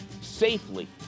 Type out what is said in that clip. safely